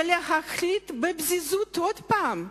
ולהחליט בפזיזות, עוד פעם,